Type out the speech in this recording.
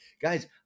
Guys